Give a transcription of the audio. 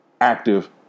active